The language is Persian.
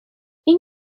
این